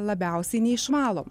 labiausiai neišvalom